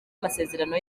amasezerano